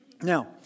Now